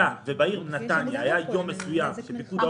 ואז הוא בעצם מעביר את הסמכויות לשר